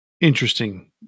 interesting